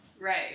Right